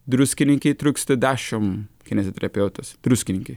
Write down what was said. druskininkai trūksta dešimt kineziterapeutas druskininkai